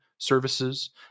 services